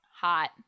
Hot